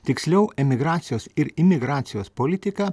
tiksliau emigracijos ir imigracijos politika